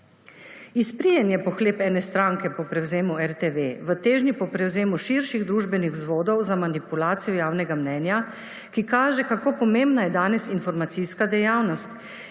Izprijen je pohlep ene stranke po prevzemu RTV v težnji po prevzemu širših družbenih vzvodov za manipulacijo javnega mnenja, ki kaže, kako pomembna je danes informacijska dejavnost